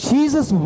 Jesus